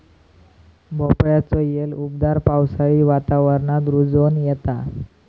भोपळ्याचो येल उबदार पावसाळी वातावरणात रुजोन येता